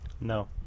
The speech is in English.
No